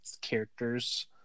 characters